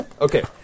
Okay